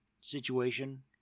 situation